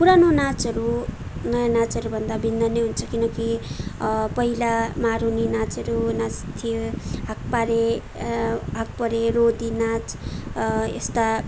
पुरानो नाचहरू नयाँ नाचहरूभन्दा भिन्न नै हुन्छ किनकि पहिला मारुनी नाचहरू नाच्थ्यो हाक्पारे हाक्पारे रोदी नाच यस्ता